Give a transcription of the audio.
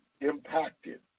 impacted